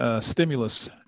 stimulus